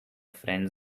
friend